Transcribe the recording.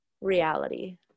reality